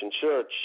Church